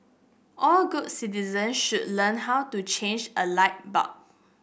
all good citizens should learn how to change a light bulb